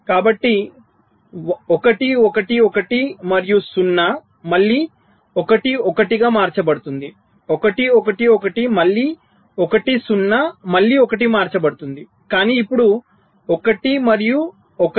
కాబట్టి 1 1 1 మరియు 0 మళ్ళీ 1 1 మార్చబడుతుంది 1 1 1 మళ్ళీ 1 0 మళ్ళీ 1 మార్చబడుతుంది కానీ ఇప్పుడు 1 మరియు 1 0 XOR 0